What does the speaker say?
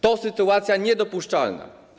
To sytuacja niedopuszczalna.